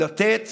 לתת